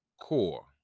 core